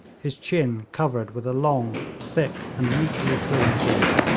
his chin covered with a long thick and neatly trimmed beard,